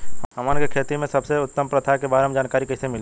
हमन के खेती में सबसे उत्तम प्रथा के बारे में जानकारी कैसे मिली?